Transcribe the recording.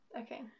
okay